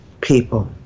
people